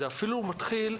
זה אפילו מתחיל,